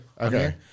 Okay